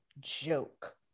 joke